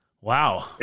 Wow